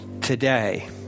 today